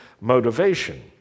motivation